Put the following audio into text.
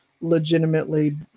legitimately